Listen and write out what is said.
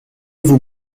voue